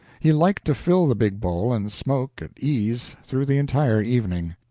he liked to fill the big bowl and smoke at ease through the entire evening.